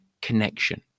connection